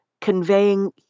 conveying